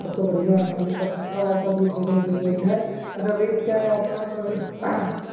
तब तो बढ़िया है भाई कब तब आपका दूध देने योग्य है अगर रेट क्या है आपका